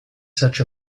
such